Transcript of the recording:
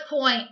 point